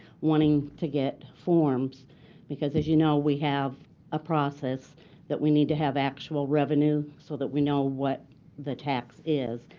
wanting to get forms because as you know, we have a process that we need to have actual revenue so that we know what the tax is.